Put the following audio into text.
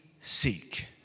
seek